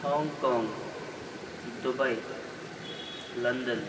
Hong Kong Dubai London